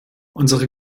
unsere